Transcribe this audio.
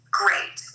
great